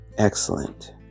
Excellent